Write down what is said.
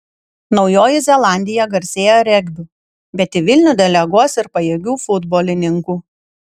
naujoji zelandija garsėja regbiu bet į vilnių deleguos ir pajėgių futbolininkų